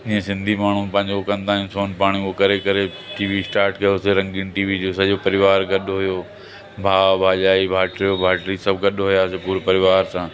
हीअं सिंधी माण्हूं पंहिंजो हुओ कंदा आहियूं सोन पाणी हू करे करे टी वी स्टार्ट कयोसीं रंगीन टी वी जो सॼो परिवार गॾु हुयो भा भाॼाई भाइटियो भाइटी सभु गॾु हुयासीं पूरो परिवार सां